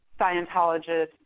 Scientologists